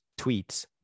tweets